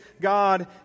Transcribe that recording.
God